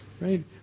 right